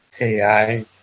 AI